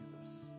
Jesus